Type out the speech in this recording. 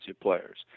players